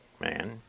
man